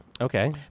Okay